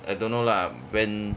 I don't know lah when